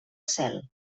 cel